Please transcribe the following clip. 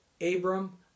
Abram